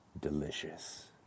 delicious